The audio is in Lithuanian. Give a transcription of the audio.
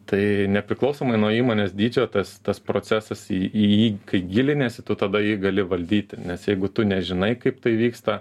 tai nepriklausomai nuo įmonės dydžio tas tas procesas į į jį kai giliniesi tu tada jį gali valdyti nes jeigu tu nežinai kaip tai vyksta